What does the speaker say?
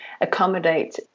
accommodate